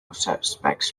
suspects